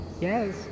Yes